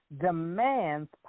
Demands